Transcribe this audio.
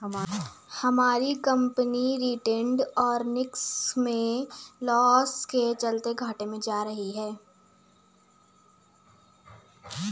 हमारी company retained earnings में loss के चलते घाटे में जा रही है